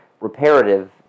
reparative